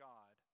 God